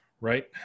right